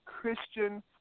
Christian